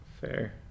Fair